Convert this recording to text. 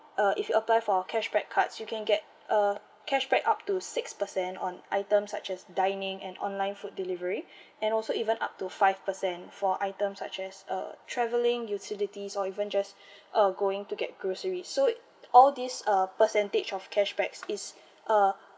uh if you apply for cashback cards you can get uh cashback up to six per cent on item such as dining and online food delivery and also even up to five per cent for item such as uh traveling utilities or even just uh going to get grocery so all these uh percentage of cashback is uh